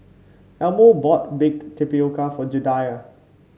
Elmo bought Baked Tapioca for Jedidiah